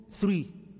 three